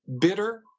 bitter